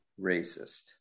racist